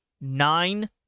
nine